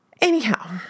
Anyhow